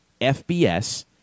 FBS